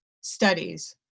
studies